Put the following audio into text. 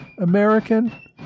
American